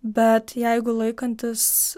bet jeigu laikantis